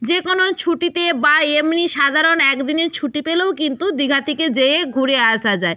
যে কোনো ছুটিতে বা এমনি সাধারণ এক দিনের ছুটি পেলেও কিন্তু দীঘা থেকে যেয়ে ঘুরে আসা যায়